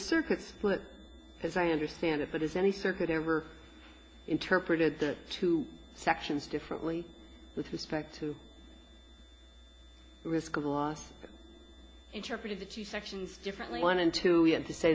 circus but as i understand it that is any circuit ever interpreted the two sections differently with respect to the risk of of loss interpreted the two sections differently one and two we have to say